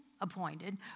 appointed